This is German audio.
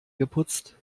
geputzt